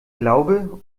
glaube